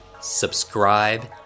subscribe